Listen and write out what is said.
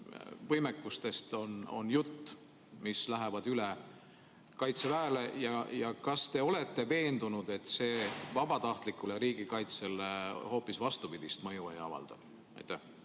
võimekustest on jutt, mis lähevad üle Kaitseväele? Kas te olete veendunud, et see vabatahtlikule riigikaitsele hoopis vastupidist mõju ei avalda? Austatud